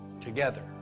Together